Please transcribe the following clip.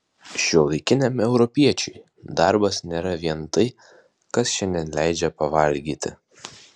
šiuolaikiniam europiečiui darbas nėra vien tai kas šiandien leidžia pavalgyti